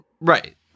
Right